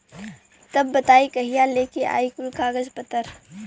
तब बताई कहिया लेके आई कुल कागज पतर?